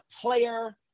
player